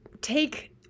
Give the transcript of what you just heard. take